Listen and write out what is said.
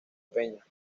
peña